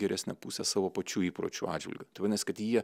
geresnę pusę savo pačių įpročių atžvilgiu tai vadinas kad jie